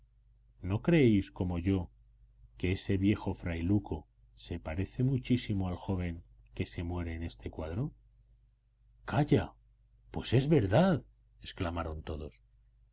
no creéis como yo que ese viejo frailuco se parece muchísimo al joven que se muere en este cuadro calla pues es verdad exclamaron todos